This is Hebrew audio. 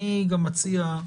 אני גם מציע,